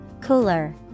Cooler